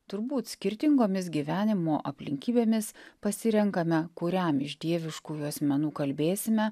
turbūt skirtingomis gyvenimo aplinkybėmis pasirenkame kuriam iš dieviškųjų asmenų kalbėsime